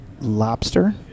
lobster